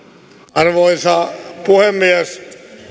arvoisa puhemies